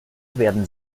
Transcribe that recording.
werden